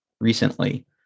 recently